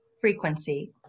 frequency